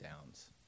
downs